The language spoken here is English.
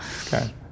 Okay